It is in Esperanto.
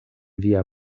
via